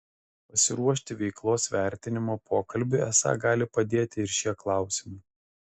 pasiruošti veiklos vertinimo pokalbiui esą gali padėti ir šie klausimai